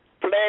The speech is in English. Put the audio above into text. Play